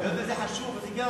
היות שזה חשוב, אז הגעתי.